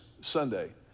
Sunday